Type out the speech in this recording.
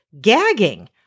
gagging